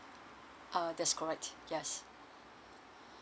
uh that's correct yes